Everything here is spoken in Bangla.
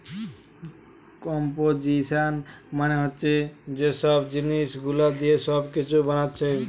কম্পোজিশান মানে হচ্ছে যে সব জিনিস গুলা দিয়ে কিছু বানাচ্ছে